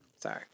Sorry